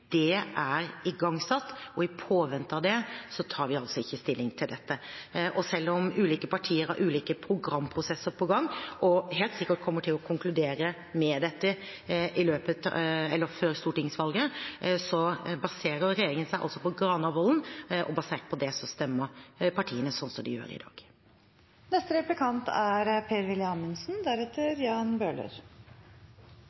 Det er igangsatt, og i påvente av det tar vi altså ikke stilling til dette. Og selv om ulike partier har ulike programprosesser på gang, og helt sikkert kommer til å konkludere med dette før stortingsvalget, baserer regjeringen seg på Granavolden-plattformen, og basert på det stemmer partiene sånn som de gjør i